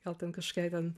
gal ten kažkokiai ten